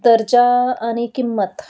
दर्जा आणि किंमत